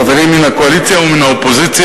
חברים מן הקואליציה ומן האופוזיציה.